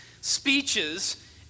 speeches